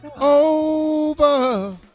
over